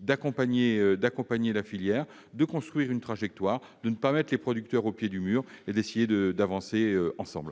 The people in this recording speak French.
d'accompagner la filière, de construire une trajectoire, de ne pas mettre les producteurs au pied du mur et d'essayer de faire en sorte